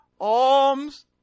Alms